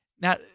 Now